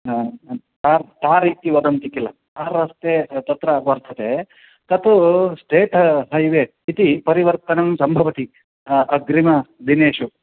ह tar tar इति वदन्ति किल टार् अस्ति तत्र वर्तते तत् स्टेट् हैवे इति परिवर्तनं सम्भवति अग्रिमदिनेषु